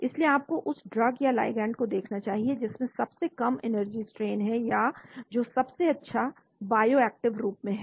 इसलिए आपको उस ड्रग या लिगैंड को देखना चाहिए जिसमें सबसे कम एनर्जी स्ट्रेन है या जो सबसे अच्छा बायो एक्टिव रूप में है